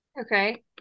Okay